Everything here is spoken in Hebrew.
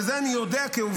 ואת זה אני יודע כעובדה,